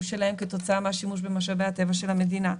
שלהם כתוצאה מהשימוש במשאבי הטבע של המדינה.